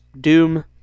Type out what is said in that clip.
Doom